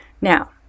Now